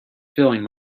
feeling